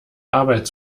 arbeit